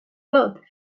lot